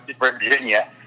Virginia